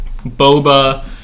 Boba